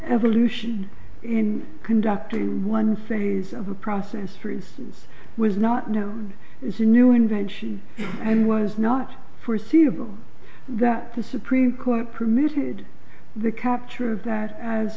evolution in conducting one series of a process for instance was not known as a new invention and was not foreseeable that the supreme court permitted the capture of that as